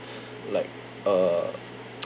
like uh